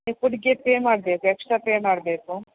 ನೀವು ಫುಡ್ಗೆ ಪೇ ಮಾಡಬೇಕು ಎಕ್ಸ್ಟ್ರಾ ಪೇ ಮಾಡಬೇಕು